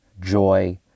joy